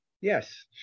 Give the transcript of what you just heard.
yes